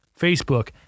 facebook